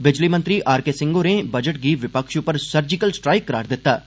बिजली मंत्री R K Singh होरें बजट गी विपक्ष उप्पर सर्जिकल स्ट्राईक करार दित्ता ऐ